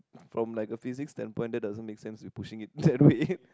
from like a Physics stempel it doesn't make sense we pushing it in that way